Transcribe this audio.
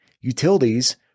utilities